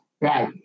right